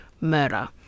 murder